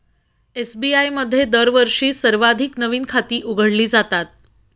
SBI मध्ये दरवर्षी सर्वाधिक नवीन खाती उघडली जातात